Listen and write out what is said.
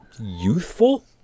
youthful